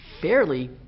fairly